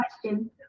question